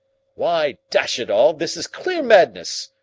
why, dash it all, this is clear madness,